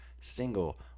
single